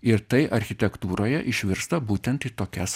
ir tai architektūroje išvirsta būtent į tokias